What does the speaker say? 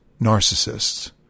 narcissists